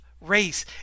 race